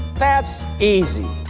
that's easy!